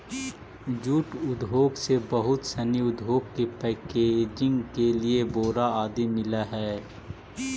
jute उद्योग से बहुत सनी उद्योग के पैकेजिंग के लिए बोरा आदि मिलऽ हइ